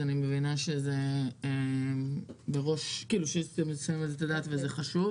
אני מבינה שאתם נותנים על זה את הדעת וזה חשוב.